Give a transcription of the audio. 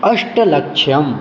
अष्टलक्षं